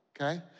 okay